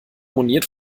moniert